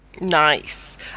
Nice